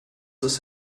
ist